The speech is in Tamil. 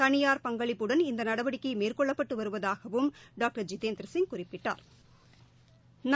தனியார் பங்களிப்புடன் இந்த நடவடிக்கை மேற்கொள்ளப்பட்டு வருவதாகவும் டாக்டர் ஜிதேந்திரசிங் குறிப்பிட்டா்